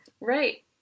Right